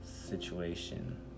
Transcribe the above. situation